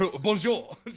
bonjour